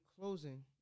Closing